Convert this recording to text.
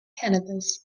cannabis